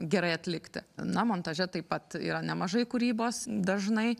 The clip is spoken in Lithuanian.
gerai atlikti na montaže taip pat yra nemažai kūrybos dažnai